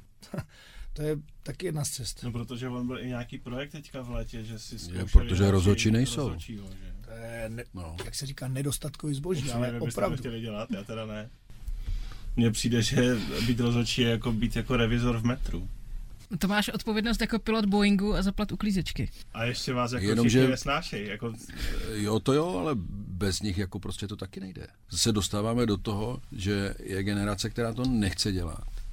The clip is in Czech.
To- to je taky jedna z cest. No, protože on byl i nějaký projekt teďka v létě, že si Je, zkoušeli protože rozhodčí- rozhodčí nejsou. rozhodčího, že? To je ne- No. jak se říká, nedostatkový zboží, Co ale jinak byste to opravdu. chtěli dělat? Já teda ne. Mně přijde, že být rozhodčí je jako být jako revizor v metru. To máš odpovědnost jako pilot Boeingu a za plat uklízečky. A ještě vás jako Jenom- všichni nesnášej, že- jako- Jo, to jo, ale bez nich jako prostě to taky nejde. Zase dostáváme do toho, že je generace, která to nechce dělat.